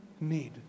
need